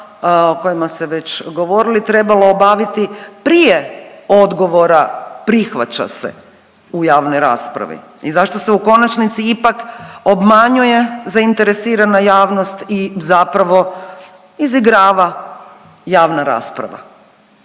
o kojima ste već govorili trebalo obaviti prije odgovora prihvaća se u javnoj raspravi. I zašto se u konačnici ipak obmanjuje zainteresirana javnost i zapravo izigrava javna rasprava.